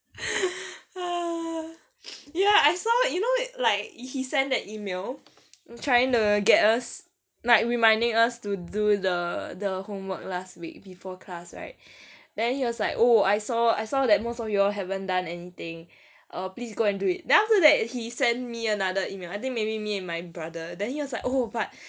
ya I saw you know like he he sent the email I'm trying to get us like reminding us to do the the homework last week before class right then he was like oh I saw I saw that most of you all haven't done anything err please go and do it then after that he sent me another email I think maybe me and my brother then he was like oh but